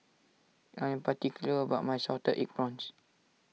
I am particular about my Salted Egg Prawns